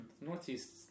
Northeast